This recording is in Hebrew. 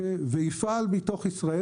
ויפעל מתוך ישראל.